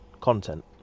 content